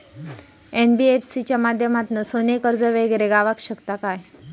NBFC च्या माध्यमातून सोने कर्ज वगैरे गावात शकता काय?